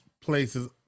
places